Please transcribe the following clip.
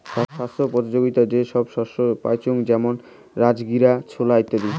ছাস্থ্যোপযোগীতা যে সব শস্য পাইচুঙ যেমন রাজগীরা, ছোলা ইত্যাদি